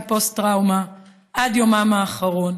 עם פוסט-טראומה עד יומם האחרון.